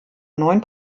neun